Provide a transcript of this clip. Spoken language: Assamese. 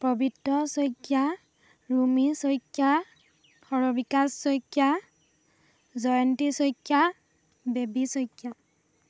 পৱিত্ৰ শইকীয়া ৰুমী শইকীয়া সৰবিকা শইকীয়া জয়ন্তী শইকীয়া বেবী শইকীয়া